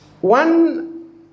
One